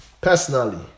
Personally